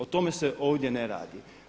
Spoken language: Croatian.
O tome se ovdje ne radi.